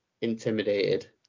intimidated